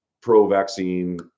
pro-vaccine